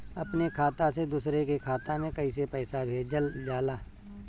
अपने खाता से दूसरे के खाता में कईसे पैसा भेजल जाला?